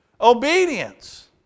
obedience